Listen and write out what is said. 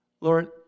Lord